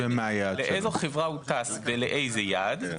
באיזו חברה הוא טס ולאיזה יעד,